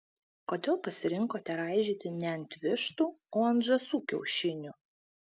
kodėl pasirinkote raižyti ne ant vištų o ant žąsų kiaušinių